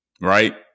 Right